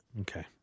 Okay